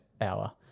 hour